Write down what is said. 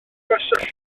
gwersylla